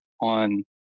on